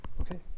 okay